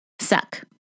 suck